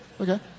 Okay